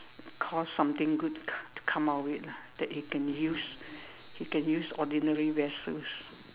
cause something good to to come out with it lah that he can use he can use ordinary vessels